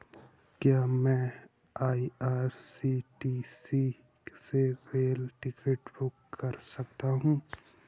क्या मैं आई.आर.सी.टी.सी से रेल टिकट बुक कर सकता हूँ?